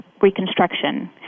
reconstruction